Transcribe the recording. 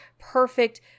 perfect